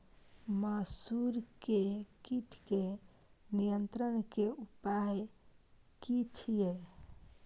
मसूर के कीट के नियंत्रण के उपाय की छिये?